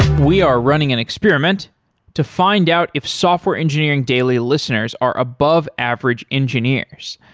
we are running an experiment to find out if software engineering daily listeners are above average engineers.